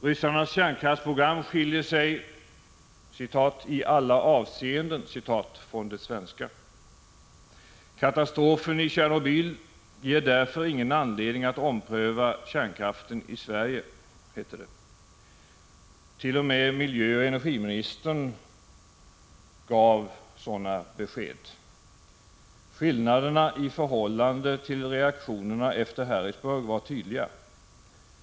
Ryssarnas kärnkraftsprogram skiljer sig ”i alla avseenden” från det svenska. Katastrofen i Tjernobyl ger därför ingen anledning att ompröva kärnkraften i Sverige, hette det. T.o.m. miljöoch energiministern gav sådana besked. Skillnaderna i förhållande till reaktionerna efter Harrisburg var tydliga.